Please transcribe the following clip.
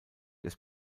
des